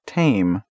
Tame